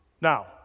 Now